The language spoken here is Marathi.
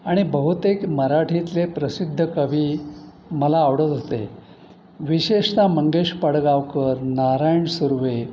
आणि बहुतेक मराठीतले प्रसिद्ध कवी मला आवडत होते विशेषतः मंगेश पडगावकर नारायण सुर्वे